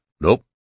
nope